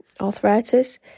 arthritis